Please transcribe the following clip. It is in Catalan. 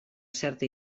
certa